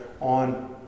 on